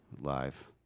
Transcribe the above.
live